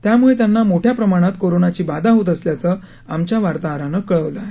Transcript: त्यामुळे त्याना मोठ्या प्रमाणात कोरोनाची बाधा होत असल्याचं आमच्या वार्ताहरानं कळवलं आहे